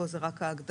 כאן זאת רק ההגדרה.